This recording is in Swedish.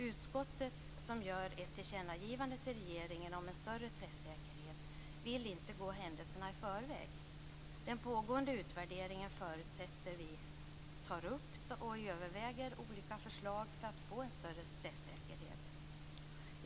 Utskottet gör ett tillkännagivande till regeringen om en större träffsäkerhet, men vill inte gå händelserna i förväg. Utskottet förutsätter att den pågående utvärderingen tar upp och överväger olika förslag för att få en större träffsäkerhet.